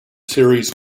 series